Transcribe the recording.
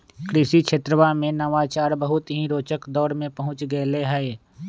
कृषि क्षेत्रवा में नवाचार बहुत ही रोचक दौर में पहुंच गैले है